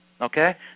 Okay